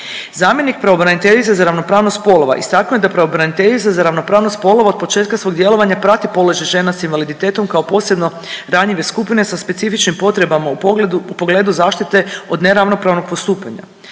Zamjenik pravobraniteljice za ravnopravnost spolova istaknuo je da pravobraniteljica za ravnopravnost spolova od početka svog djelovanja prati položaj žena s invaliditetom kao posebno ranjive skupine sa specifičnim potrebama u pogledu zaštite od neravnopravnog postupanja.